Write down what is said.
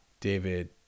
David